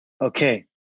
Okay